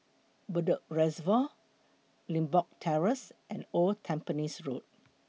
Bedok Reservoir Limbok Terrace and Old Tampines Road